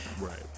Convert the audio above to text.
Right